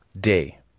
day